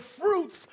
fruits